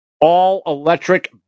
all-electric